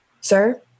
Sir